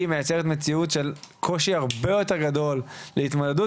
היא מייצרת מציאות של קושי הרבה יותר גדול להתמודדות.